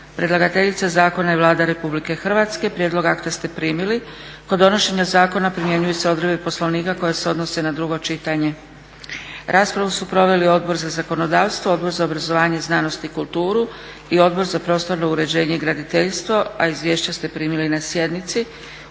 Predlagateljica Zakona je Vlada Republike Hrvatske. Prijedlog akta ste primili. Kod donošenja Zakona primjenjuju se odredbe Poslovnika koje se odnose na drugo čitanje. Raspravu su proveli Odbor za zakonodavstvo, Odbor za obrazovanje, znanost i kulturu i Odbor za prostorno uređenje i graditeljstvo. A izvješća ste primili na sjednici.